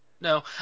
no